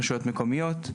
רשויות מקומיות,